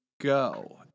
go